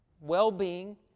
well-being